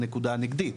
הנקודה הנגדית,